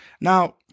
Now